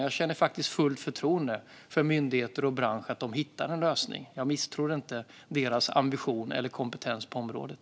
Jag har fullt förtroende för myndigheter och bransch när det gäller att hitta en lösning. Jag misstror inte deras ambition eller kompetens på området.